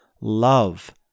Love